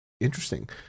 Interesting